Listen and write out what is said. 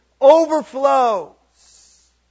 overflows